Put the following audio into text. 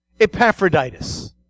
Epaphroditus